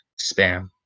spam